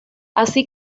así